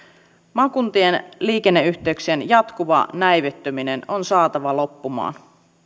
maakuntien liikenneyhteyksien jatkuva näivettyminen on saatava loppumaan